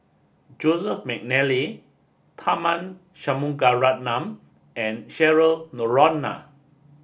Joseph Mcnally Tharman Shanmugaratnam and Cheryl Noronha